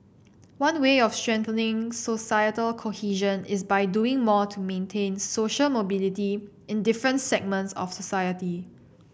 one way of strengthening societal cohesion is by doing more to maintain social mobility in different segments of society